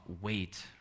wait